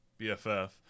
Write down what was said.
bff